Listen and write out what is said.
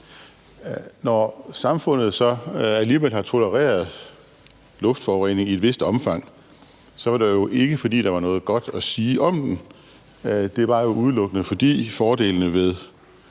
Når samfundet så alligevel har tolereret luftforurening i et vist omfang, var det jo ikke, fordi der var noget godt at sige om den; det var jo udelukkende, fordi fordelene ved